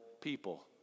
people